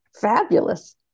Fabulous